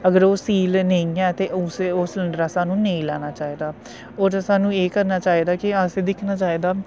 अगर ओह् सील नेई ऐ ते उस उस सिलेंडर असें नेई लैना चाहिदा और स्हानू एह् करना चाहिदा कि अस दिक्खना चाहिदा